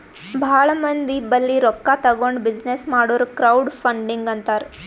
ಭಾಳ ಮಂದಿ ಬಲ್ಲಿ ರೊಕ್ಕಾ ತಗೊಂಡ್ ಬಿಸಿನ್ನೆಸ್ ಮಾಡುರ್ ಕ್ರೌಡ್ ಫಂಡಿಂಗ್ ಅಂತಾರ್